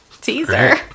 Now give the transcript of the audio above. teaser